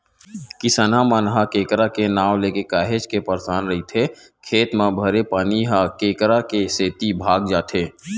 किसनहा मन ह केंकरा के नांव लेके काहेच के परसान रहिथे खेत म भरे पानी ह केंकरा के सेती भगा जाथे